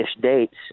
dates